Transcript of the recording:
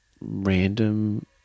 Random